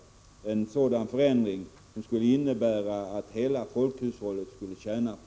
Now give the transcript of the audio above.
En sådan förändring är en åtgärd som hela folkhushållet skulle tjäna på.